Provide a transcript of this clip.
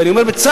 ואני אומר בצער,